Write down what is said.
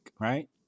right